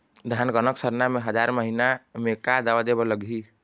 धान कनक सरना मे हजार महीना मे का दवा दे बर लगही?